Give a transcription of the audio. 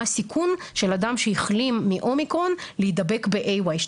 מה הסיכון של אדם שהחלים מאומיקרון להידבק ב-AY2.